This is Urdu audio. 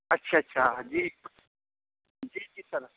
اچھا اچھا جی جی جی سر